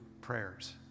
prayers